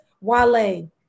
Wale